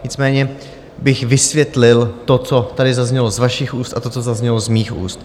Nicméně bych vysvětlil to, co tady zaznělo z vašich úst, a to, co zaznělo z mých úst.